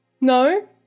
No